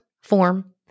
form